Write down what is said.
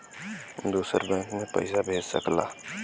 दूसर बैंक मे पइसा भेज सकला